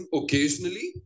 occasionally